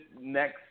next